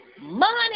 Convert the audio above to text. money